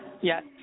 Yes